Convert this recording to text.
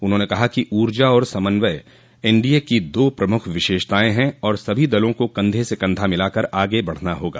उन्होंने कहा कि ऊर्जा और समन्वय एनडीए की दो प्रमुख विशेषताएं हैं और सभी दलों को कंधे से कंधा मिलाकर आगे बढ़ना होगा